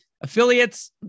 Affiliates